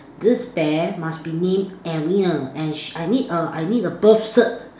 this bear must be named Edwina and she I need a I need a birth cert